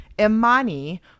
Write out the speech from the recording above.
Imani